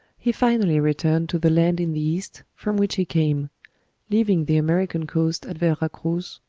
he finally returned to the land in the east from which he came leaving the american coast at vera cruz,